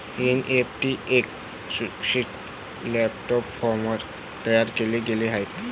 NEFT एका सुरक्षित प्लॅटफॉर्मवर तयार केले गेले आहे